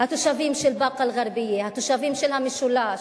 התושבים של באקה-אל-ע'רביה, התושבים של המשולש,